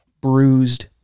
bruised